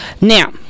now